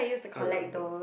can't remember